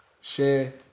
Share